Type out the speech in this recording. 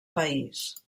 país